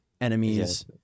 enemies